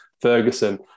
ferguson